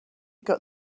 got